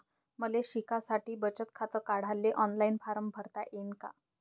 मले शिकासाठी बचत खात काढाले ऑनलाईन फारम भरता येईन का?